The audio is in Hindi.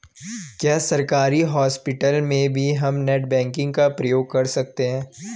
क्या सरकारी हॉस्पिटल में भी हम नेट बैंकिंग का प्रयोग कर सकते हैं?